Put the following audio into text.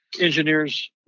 engineers